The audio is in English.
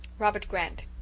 robert grant.